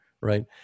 right